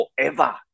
forever